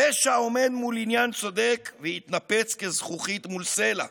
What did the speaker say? רשע עומד מול עניין צדק, ויתנפץ כזכוכית מול סלע.